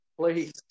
Please